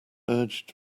urged